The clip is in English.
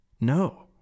no